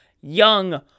young